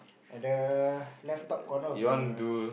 at the left top corner of the